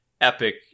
epic